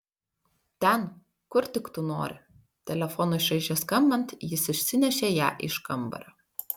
ten kur tik tu nori telefonui šaižiai skambant jis išsinešė ją iš kambario